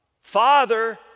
Father